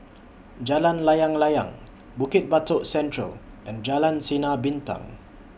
Jalan Layang Layang Bukit Batok Central and Jalan Sinar Bintang